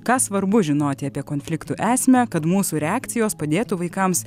ką svarbu žinoti apie konfliktų esmę kad mūsų reakcijos padėtų vaikams